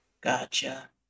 Gotcha